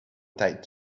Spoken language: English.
tight